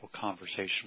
conversation